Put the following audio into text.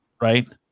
Right